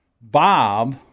Bob